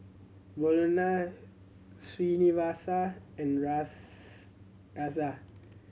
Bellur Srinivasa and Razia